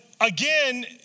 again